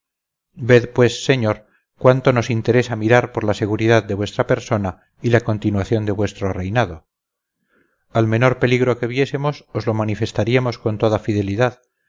ved pues señor cuánto nos interesa mirar por la seguridad de vuestra persona y la continuación de vuestro reinado al menor peligro que viésemos os lo manifestaríamos con toda fidelidad